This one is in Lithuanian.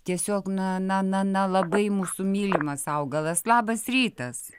tiesiog na na na na labai mūsų mylimas augalas labas rytas